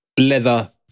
leather